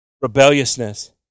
rebelliousness